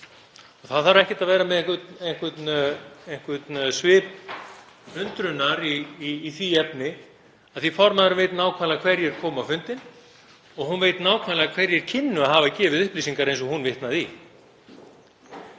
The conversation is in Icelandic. Það þarf ekkert að vera með einhvern svip undrunar í því efni af því að formaðurinn veit nákvæmlega hverjir koma á fundinn og hún veit nákvæmlega hverjir kynnu að hafa gefið upplýsingar eins og hún vitnaði